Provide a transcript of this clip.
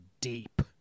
deep